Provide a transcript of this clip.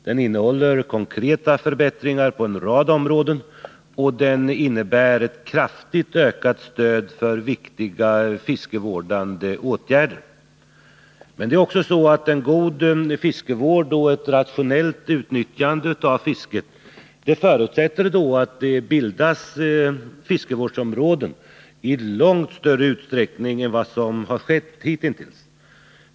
Den innehåller förslag till konkreta förbättringar på en rad områden, och den innebär ett kraftigt ökat stöd för viktiga, fiskevårdande åtgärder. Men det är också så att en god fiskevård och ett rationellt utnyttjande av fisket förutsätter att det bildas fiskevårdsområden i långt större utsträckning än som har skett hitintills.